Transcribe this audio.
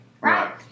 Right